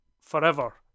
forever